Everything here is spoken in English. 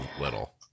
little